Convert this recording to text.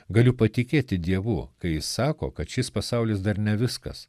galiu patikėti dievu kai jis sako kad šis pasaulis dar ne viskas